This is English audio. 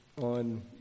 on